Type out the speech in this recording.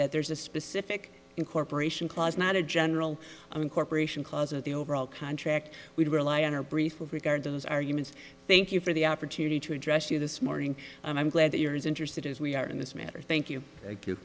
that there's a specific incorporation clause not a general incorporation cause of the overall contract we rely on our brief with regard to those arguments thank you for the opportunity to address you this morning and i'm glad that you're as interested as we are in this matter thank you